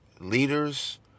leaders